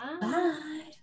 Bye